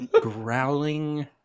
growling